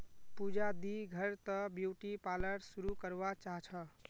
पूजा दी घर त ब्यूटी पार्लर शुरू करवा चाह छ